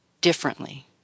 differently